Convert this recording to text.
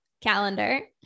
calendar